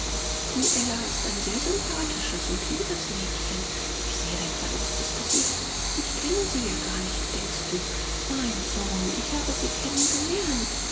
die ella ist ein sehr sympathisches und liebes mädchen ich sehe dein verdutztes gesicht ich kenne sie ja gar nicht denkst du mein sohn ich habe sie